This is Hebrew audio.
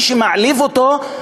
מי שמעליב אותו,